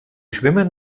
schwimmen